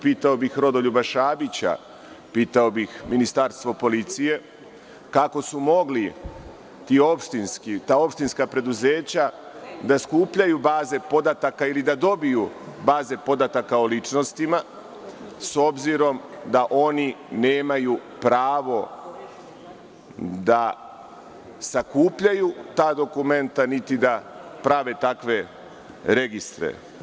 Pitao bih Rodoljuba Šabića, pitao bih MUP kako su mogla ta opštinska preduzeća da skupljaju baze podataka ili da dobiju baze podataka o ličnostima, s obzirom da oni nemaju pravo da sakupljaju ta dokumenta, niti da prave takve registre?